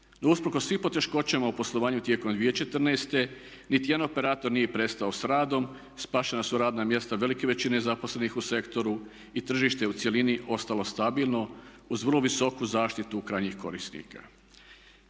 Usprkos svim poteškoćama u poslovanju tijekom 2014. niti jedan operator nije prestao s radom. Spašena su radna mjesta velike većine zaposlenih u sektoru i tržište je u cjelini ostalo stabilno uz vrlo visoku zaštitu krajnjih korisnika.